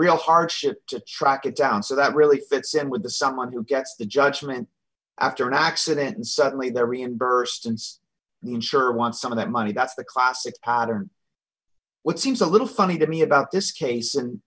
real hardship to track it down so that really fits in with the someone who gets the judgment after an accident and suddenly they're reimbursed and the insurer wants some of that money that's the classic pattern what seems a little funny to me about this case and